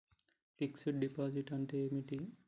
Fix డ్ deposit అంటే ఏమిటి?